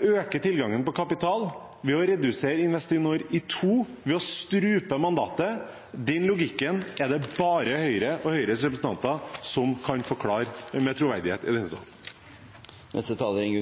øke tilgangen på kapital? Ved å redusere Investinor og ved å strupe mandatet – den logikken er det bare Høyre og Høyres representanter som kan forklare med troverdighet i denne salen.